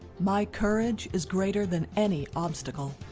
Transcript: my courage is greater than any obstacle.